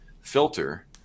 filter